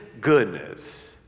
goodness